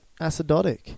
acidotic